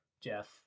Jeff